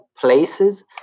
places